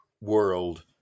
world